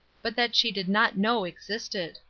but that she did not know existed.